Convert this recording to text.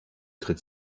tritt